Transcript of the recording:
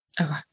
okay